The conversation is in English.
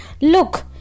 Look